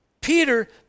Peter